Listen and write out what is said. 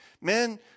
Men